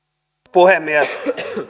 puhemies